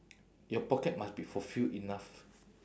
your pocket must be fulfil enough